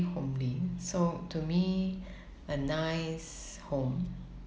homely so to me a nice home